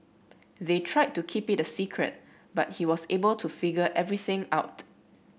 they tried to keep it a secret but he was able to figure everything out